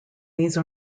these